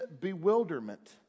bewilderment